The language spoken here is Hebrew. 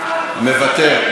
מוותר.